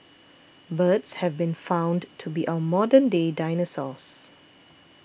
birds have been found to be our modern day dinosaurs